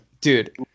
Dude